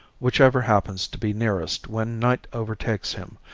whichever happens to be nearest when night overtakes him,